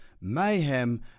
mayhem